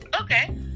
okay